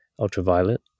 ultraviolet